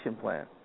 plan